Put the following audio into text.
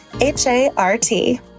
H-A-R-T